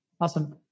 Awesome